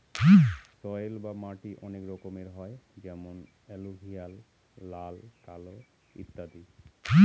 soil বা মাটি অনেক রকমের হয় যেমন এলুভিয়াল, লাল, কালো ইত্যাদি